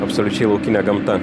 absoliučiai laukinė gamta